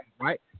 right